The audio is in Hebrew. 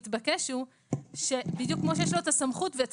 המתבקש הוא שבדיוק כמו שיש לו את הסמכות ואת